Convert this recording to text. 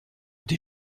des